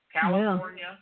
California